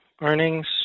earnings